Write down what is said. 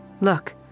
Look